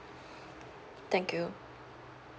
thank you